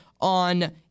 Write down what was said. on